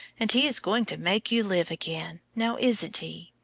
and he is going to make you live again now isn't he?